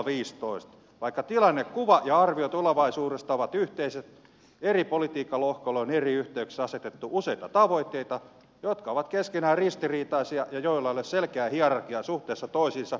vaikka tilannekuva ja arvio tulevaisuudesta ovat yhteiset eri politiikkalohkoille on eri yhteyksissä asetettu useita tavoitteita jotka ovat keskenään ristiriitaisia ja joilla ei ole selkeää hierarkiaa suhteessa toisiinsa